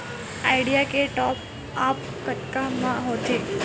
Idea के top आप कतका म होथे?